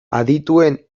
adituen